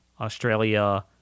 Australia